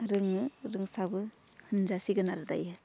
रोङो रोंसाबो होनजासिगोन आरो दायो